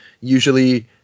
usually